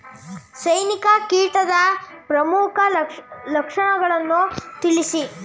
ಸೈನಿಕ ಕೀಟದ ಪ್ರಮುಖ ಲಕ್ಷಣಗಳನ್ನು ತಿಳಿಸಿ?